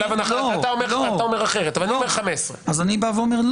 אתה אומר אחרת, אני אומר 15. לא.